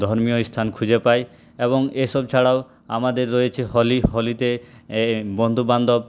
ধর্মীয় স্থান খুঁজে পায় এবং এসব ছাড়াও আমাদের রয়েছে হোলি হোলিতে বন্ধুবান্ধব